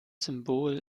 symbol